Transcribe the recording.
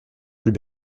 plus